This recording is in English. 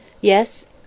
Yes